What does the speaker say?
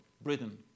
Britain